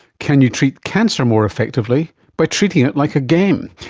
can you treat cancer more effectively by treating it like a game?